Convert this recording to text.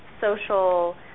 social